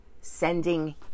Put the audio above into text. sending